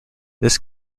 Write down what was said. this